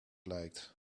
lijkt